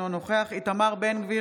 אינו נוכח איתמר בן גביר,